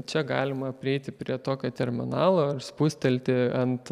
čia galima prieiti prie tokio terminalo ir spustelti ant